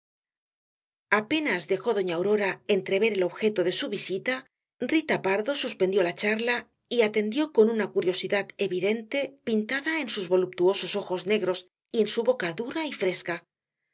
apenas dejó doña aurora entrever el objeto de su visita rita pardo suspendió la charla y atendió con una curiosidad evidente pintada en sus voluptuosos ojos negros y en su boca dura y fresca